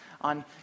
on